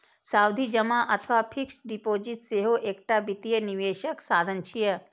सावधि जमा अथवा फिक्स्ड डिपोजिट सेहो एकटा वित्तीय निवेशक साधन छियै